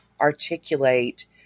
articulate